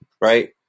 right